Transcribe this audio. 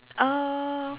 uh